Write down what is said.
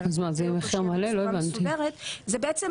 כדי שזה יירשם בצורה מסודרת --- אז מה,